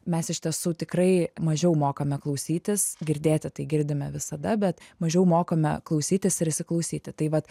mes iš tiesų tikrai mažiau mokame klausytis girdėti tai girdime visada bet mažiau mokame klausytis ir įsiklausyti tai vat